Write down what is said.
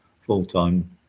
full-time